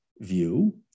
view